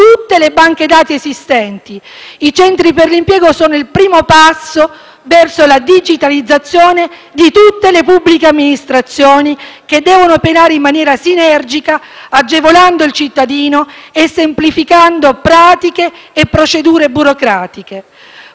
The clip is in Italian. tutte le banche dati esistenti. I centri per l'impiego sono il primo passo verso la digitalizzazione di tutte le pubbliche amministrazioni, che devono operare in maniera sinergica, agevolando il cittadino e semplificando pratiche e procedure burocratiche.